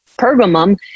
Pergamum